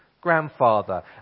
grandfather